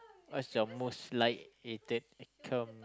what's your most like hated ac~ um